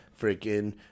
freaking